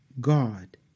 God